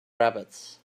rabbits